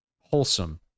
wholesome